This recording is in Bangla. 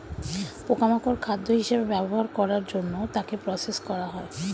পোকা মাকড় খাদ্য হিসেবে ব্যবহার করার জন্য তাকে প্রসেস করা হয়